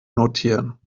notieren